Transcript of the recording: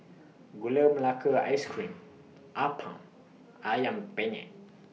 Gula Melaka Ice Cream Appam Ayam Penyet